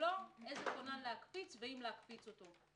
לשיקולו איזה כונן להקפיץ, ואם להקפיץ אותו.